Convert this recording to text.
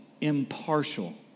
impartial